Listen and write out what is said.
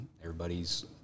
Everybody's